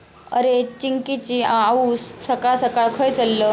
अरे, चिंकिची आऊस सकाळ सकाळ खंय चल्लं?